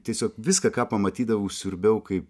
tiesiog viską ką pamatydavau siurbiau kaip